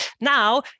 now